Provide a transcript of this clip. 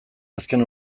azken